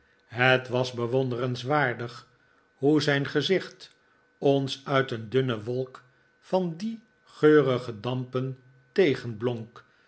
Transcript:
het was bewonderenswaardig hoe zijn gezicht ons uit een dunne wolk van die geurige dampen